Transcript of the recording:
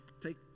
Take